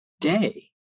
day